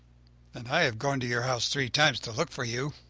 and i have gone to your house three times to look for you!